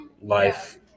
life